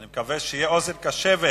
שאני מקווה שתהיה להם אוזן קשבת